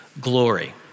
glory